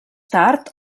tard